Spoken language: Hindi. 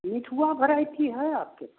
मिठवा वरायटी है आपके पास